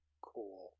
Cool